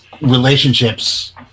relationships